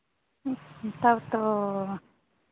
तब तो